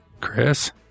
Chris